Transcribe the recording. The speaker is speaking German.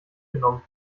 mitgenommen